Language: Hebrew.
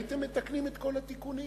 הייתם מתקנים את כל התיקונים.